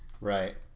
Right